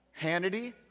Hannity